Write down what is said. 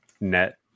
net